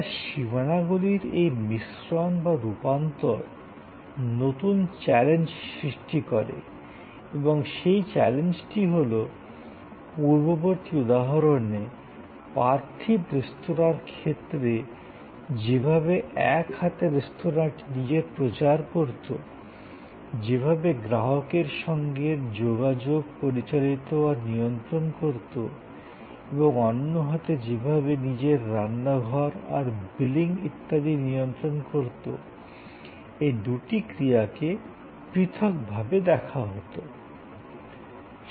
তা সীমানাগুলির এই মিশ্রণ বা রূপান্তর নতুন চ্যালেঞ্জ তৈরি করে এবং সেই চ্যালেঞ্জটি হল পূর্ববর্তী উদাহরণে পার্থিব রেস্তোরাঁর ক্ষেত্রে যেভাবে এক হাতে রেস্তোঁরাটি নিজের প্রচার করতো যেভাবে গ্রাহকের সঙ্গের যোগাযোগ পরিচালিত আর নিয়ন্ত্রণ করতো এবং অন্য হাতে যেভাবে নিজের রান্নাঘর আর বিলিং ইত্যাদি নিয়ন্ত্রণ করতো এই দুটি ক্রিয়াকে পৃথক ভাবে দেখা হতো